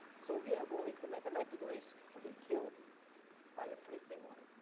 so we ah avoid the mathematic race to be killed by a flipping one.